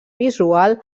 visual